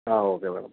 okay madam